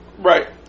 Right